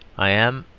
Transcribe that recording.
i am,